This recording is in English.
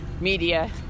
media